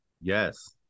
Yes